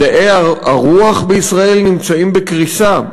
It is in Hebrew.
מדעי הרוח בישראל נמצאים בקריסה.